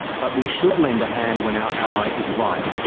but we should lend a hand when our ally is right.